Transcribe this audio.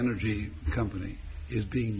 energy company is being